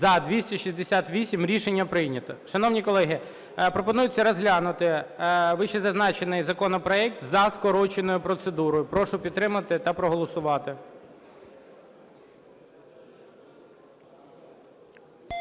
За-268 Рішення прийнято. Шановні колеги, пропонується розглянути вищезазначений законопроект за скороченою процедурою. Прошу підтримати та проголосувати.